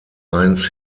eins